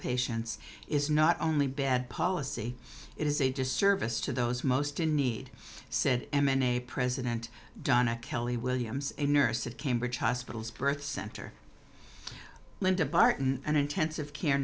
patients is not only bad policy it is a disservice to those most in need said m n a president donna kelley williams a nurse at cambridge hospital's birth center linda barton an intensive care